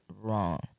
wrong